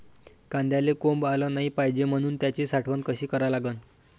कांद्याले कोंब आलं नाई पायजे म्हनून त्याची साठवन कशी करा लागन?